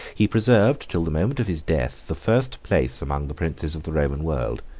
he preserved, till the moment of his death, the first place among the princes of the roman world.